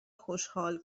خوشحال